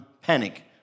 panic